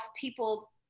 people